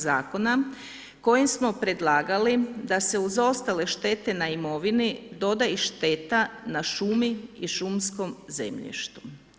Zakona kojim smo predlagali da se uz ostale štete na imovini doda i šteta na šumi i šumskom zemljištu.